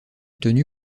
tenu